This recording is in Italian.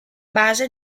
base